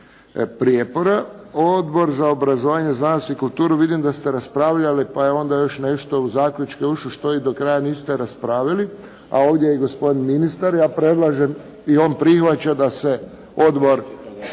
prijepora. Odbor za obrazovanje, znanosti i kulturu, vidim da ste raspravljali pa je onda još nešto u zaključke ušlo, što vi do kraja niste raspravili, a ovdje je i gospodin ministar. Ja predlažem, i on prihvaća da se odbor